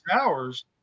hours